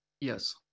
Yes